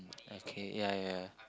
okay ya ya